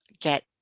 get